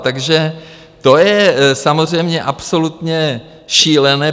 Takže to je samozřejmě absolutně šílené.